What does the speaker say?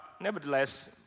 nevertheless